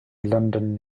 london